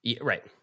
Right